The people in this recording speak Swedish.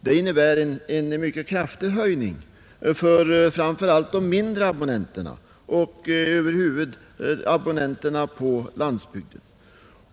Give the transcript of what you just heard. Den innebär en mycket kraftig höjning framför allt för de mindre abonnenterna och över huvud taget abonnenterna på landsbygden.